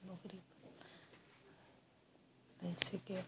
बकरी भैंसों के वो